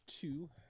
Two